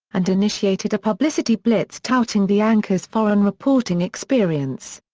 and initiated a publicity blitz touting the anchor's foreign reporting experience.